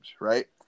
right